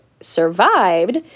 survived